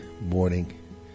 morning